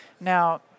Now